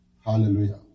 Hallelujah